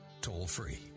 toll-free